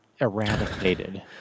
eradicated